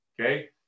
okay